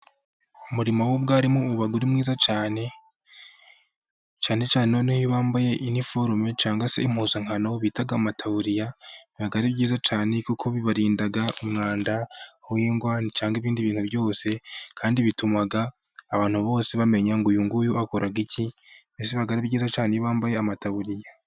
Umurimo w'ubwarimu uba uri mwiza cyane, cyane cyane bambaye noneho iniforume, cyangwa se impuzankano bita amataburiya. Biba ari byiza cyane kuko bibarinda umwanda w'ingwa, cyangwa ibindi bintu byose, kandi bituma abantu bose bamenya ngo uyu nguyu akora iki. Biba ari byiza cyane bambaye amataburiya.